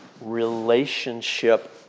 relationship